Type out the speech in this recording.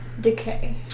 decay